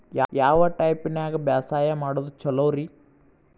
ಯಾವ ಟೈಪ್ ನ್ಯಾಗ ಬ್ಯಾಸಾಯಾ ಮಾಡೊದ್ ಛಲೋರಿ?